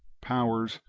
powers,